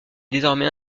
désormais